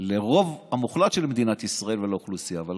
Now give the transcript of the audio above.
לרוב המוחלט של מדינת ישראל ולאוכלוסייה שלה,